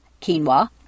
quinoa